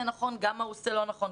נכון וכמובן גם מה הוא עושה לא נכון.